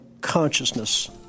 consciousness